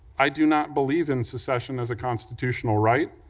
i do not believe in secession as a constitutional right,